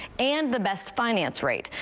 and the best finance rate,